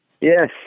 Yes